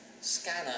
scanner